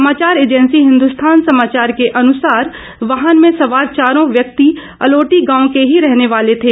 समाचार एजेंसी हिन्दुस्थान समाचार के अनुसार वाहन में सवार चारों व्यक्ति अलोटी गांव के ही रहने वाले थे